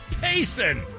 Payson